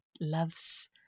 loves